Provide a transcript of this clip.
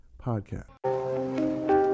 podcast